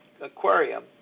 aquarium